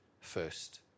first